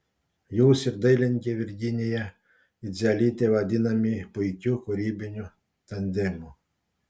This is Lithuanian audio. jūs ir dailininkė virginija idzelytė vadinami puikiu kūrybiniu tandemu